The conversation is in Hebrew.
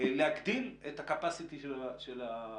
להגדיל את ה-capacity של הבדיקות.